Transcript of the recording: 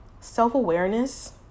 self-awareness